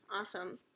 Awesome